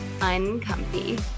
uncomfy